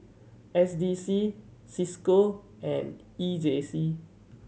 S D C Cisco and E J C